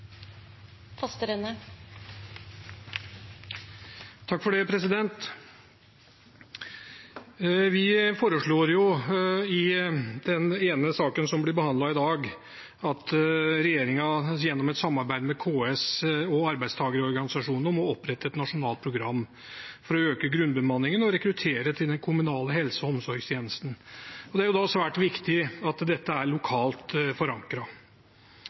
Vi foreslår i den ene saken som blir behandlet i dag, at regjeringen, gjennom et samarbeid med KS og arbeidstakerorganisasjonene, oppretter et nasjonalt program for å øke grunnbemanningen og å rekruttere til den kommunale helse- og omsorgstjenesten. Det er svært viktig at dette er lokalt